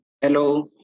Hello